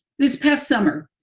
this past summer,